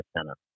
center